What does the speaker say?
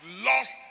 lost